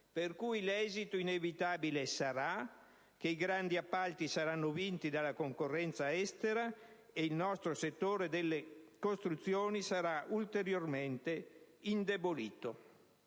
Pertanto, l'esito inevitabile sarà che i grandi appalti saranno vinti dalla concorrenza estera e il nostro settore delle costruzioni sarà ulteriormente indebolito.